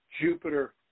Jupiter